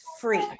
free